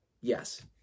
yes